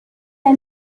are